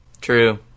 true